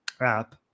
app